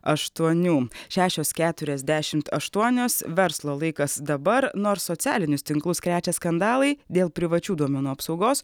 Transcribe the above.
aštuonių šešios keturiasdešimt aštuonios verslo laikas dabar nors socialinius tinklus krečia skandalai dėl privačių duomenų apsaugos